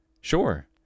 Sure